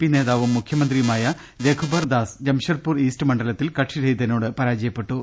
P നേതാവും മുഖ്യമന്ത്രിയുമായ Raghubar Das Jamshedpur East മണ്ഡലത്തിൽ കക്ഷിരഹിതനോട് പരാജയപ്പെട്ടു